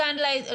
העובדים האלה.